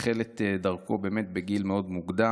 הוא החל את דרכו בגיל מאוד מוקדם.